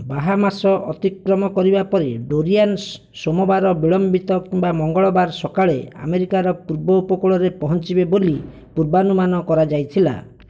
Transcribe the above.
Bahamas ଅତିକ୍ରମ କରିବା ପରେ ଡୋରିଆନ୍ସ ସୋମବାର ବିଳମ୍ବିତ କିମ୍ବା ମଙ୍ଗଳବାର ସକାଳେ ଆମେରିକାର ପୂର୍ବ ଉପକୂଳରେ ପହଞ୍ଚିବେ ବୋଲି ପୂର୍ବାନୁମାନ କରାଯାଇଥିଲା